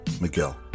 Miguel